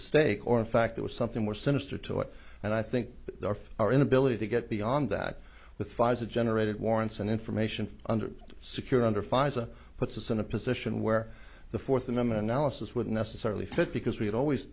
mistake or in fact it was something more sinister to it and i think our inability to get beyond that with pfizer generated warrants and information under secure under five a puts us in a position where the fourth amendment analysis would necessarily fit because we always